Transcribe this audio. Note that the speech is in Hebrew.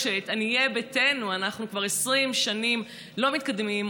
כשאת עניי ביתנו אנחנו כבר 20 שנים לא מתקדמים,